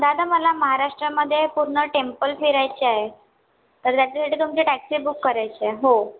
दादा मला महाराष्ट्रामध्ये पूर्ण टेम्पल फिरायचे आहे तर त्याच्यासाठी तुमची टॅक्सी बुक करायची आहे हो